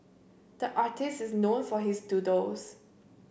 the artist is known for his doodles